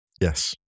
Yes